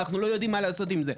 אנחנו לא יודעים מה לעשות עם זה.